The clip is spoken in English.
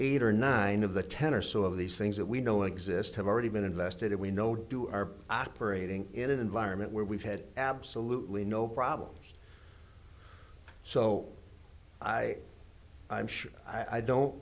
eight or nine of the ten or so of these things that we know exist have already been invested we know do are operating in an environment where we've had absolutely no problems so i i'm sure i